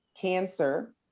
cancer